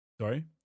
Sorry